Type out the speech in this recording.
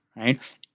right